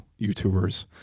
YouTubers